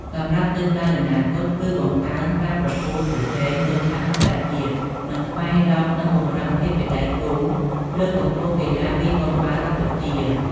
សម្រាប់ទិសដៅអនាគត គឺបង្កើនការប្រកួតប្រជែងលើឆាកអន្តរជាតិ ស្វែងរកនិងពង្រឹងភាពជាដៃគូ លើកកម្ពស់កីឡាវាយកូនបាល់កម្ពុជា។